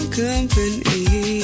company